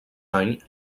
any